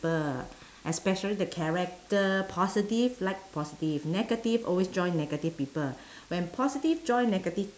~ple especially the character positive like positive negative always join negative people when positive join negative